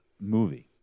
movie